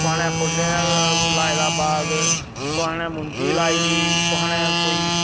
कोहा ने फुल्लें दा लाए दा बाग कोहा ने मुंजी लाई दी कोहा ने कोई